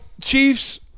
Chiefs